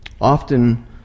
Often